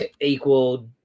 Equal